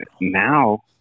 now